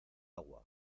agua